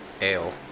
Ale